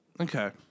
Okay